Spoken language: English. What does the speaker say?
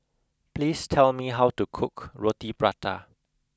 please tell me how to cook Roti Prata